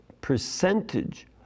percentage